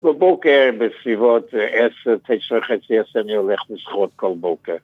‫בבוקר בסביבות 9, 9 וחצי 10 אני הולך לשחות כל בוקר.